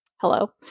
Hello